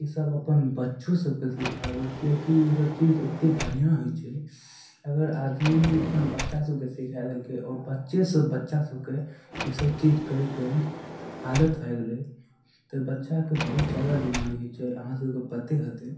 ईसब अपन बच्चो सबके सिखाबय किएककी ईसब चीज एते बढ़िआँ होइ छै अगर आदमी अपन बच्चा सबके सिखाय देलकय आओर बच्चेसँ बच्चा सबके ईसब चीज करयके आदत भए गेलय तऽ बच्चाके बहुत जादा बीमारी होइ छै अहाँ सबके पते होतय